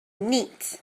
neat